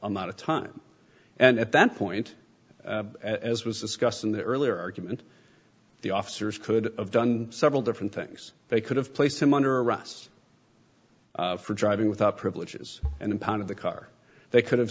amount of time and at that point as was discussed in the earlier argument the officers could have done several different things they could have placed him under arrest for driving without privileges and impound of the car they could have